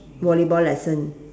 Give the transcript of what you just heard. volleyball lesson